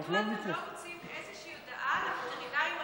מדוע אתם לא מוציאים איזושהי הודעה לווטרינרים הרשותיים: